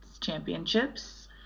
Championships